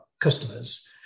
customers